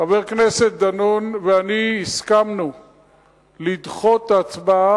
חבר הכנסת דנון ואני הסכמנו לדחות את ההצבעה.